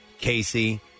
Casey